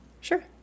Sure